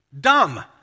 Dumb